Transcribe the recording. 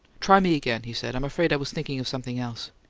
try me again, he said. i'm afraid i was thinking of something else.